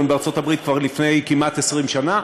בארצות-הברית כבר לפני כמעט 20 שנה.